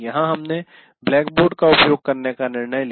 यहां हमने ब्लैकबोर्ड का उपयोग करने का निर्णय लिया